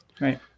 Right